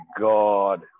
God